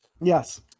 Yes